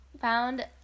found